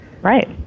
Right